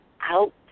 out